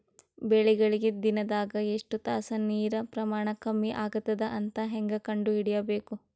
ಬೆಳಿಗಳಿಗೆ ದಿನದಾಗ ಎಷ್ಟು ತಾಸ ನೀರಿನ ಪ್ರಮಾಣ ಕಮ್ಮಿ ಆಗತದ ಅಂತ ಹೇಂಗ ಕಂಡ ಹಿಡಿಯಬೇಕು?